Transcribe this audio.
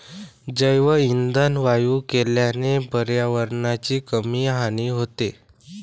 जैवइंधन वायू केल्याने पर्यावरणाची कमी हानी होते